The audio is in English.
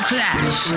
Clash